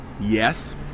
Yes